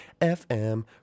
FM